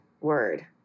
word